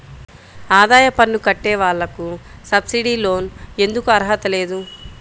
ఆదాయ పన్ను కట్టే వాళ్లకు సబ్సిడీ లోన్ ఎందుకు అర్హత లేదు?